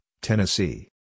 Tennessee